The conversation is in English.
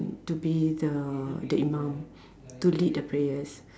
to be the the imam to lead the prayers